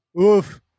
Oof